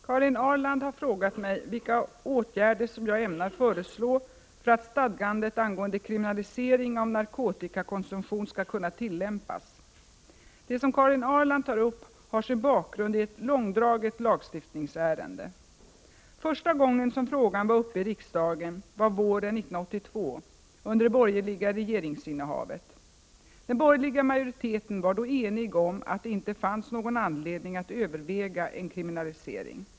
Herr talman! Karin Ahrland har frågat mig vilka åtgärder som jag ämnar föreslå för att stadgandet angående kriminalisering av narkotikakonsumtion skall kunna tillämpas. Det som Karin Ahrland tar upp har sin bakgrund i ett långdraget lagstiftningsärende. Första gången som frågan var uppe i riksdagen var våren 1982 under det borgerliga regeringsinnehavet. Den borgerliga majoriteten var då enig om att det inte fanns någon anledning att överväga en kriminalisering.